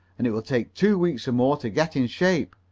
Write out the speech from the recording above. and it will take two weeks or more to get in shape.